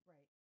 Right